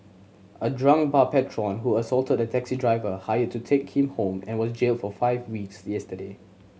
a drunk bar patron who assaulted a taxi driver hired to take him home and was jailed for five weeks yesterday